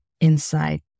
inside